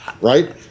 right